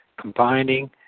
combining